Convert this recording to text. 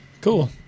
Cool